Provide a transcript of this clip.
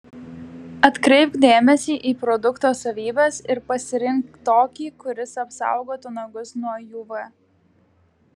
atkreipk dėmesį į produkto savybes ir pasirink tokį kuris apsaugotų nagus nuo uv